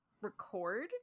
record